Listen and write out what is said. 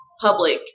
public